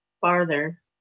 farther